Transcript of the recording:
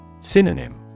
Synonym